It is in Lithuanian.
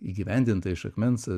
įgyvendinta iš akmens